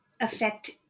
affect